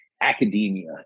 academia